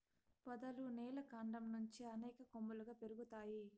పొదలు నేల కాండం నుంచి అనేక కొమ్మలుగా పెరుగుతాయి